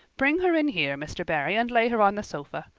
bring her in here, mr. barry, and lay her on the sofa.